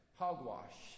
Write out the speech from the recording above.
hogwash